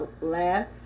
laugh